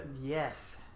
Yes